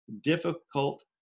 difficult